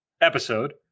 episode